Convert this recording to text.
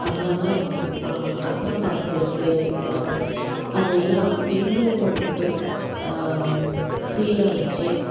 அங்கெல்லாம் அண்ணா பார்க் இருக்கு வ அதெல்லாம் இன்னும் வந்துட்டு சீரமைச்சி